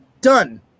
Done